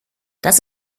das